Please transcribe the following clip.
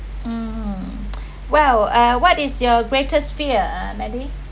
um well uh what is your greatest fear mandy